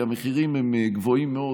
כי המחירים הם גבוהים מאוד,